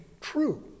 true